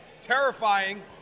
Terrifying